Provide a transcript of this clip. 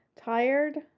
tired